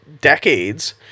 decades